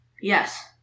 Yes